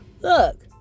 Look